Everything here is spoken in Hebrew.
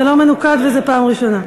זה לא מנוקד, וזאת פעם ראשונה.